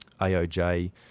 AOJ